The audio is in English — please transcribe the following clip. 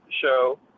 show